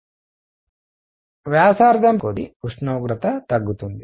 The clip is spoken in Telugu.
వ్యాసార్థం పెరిగేకొద్దీ ఉష్ణోగ్రత తగ్గుతుంది